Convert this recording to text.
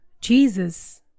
Jesus